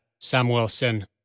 Samuelson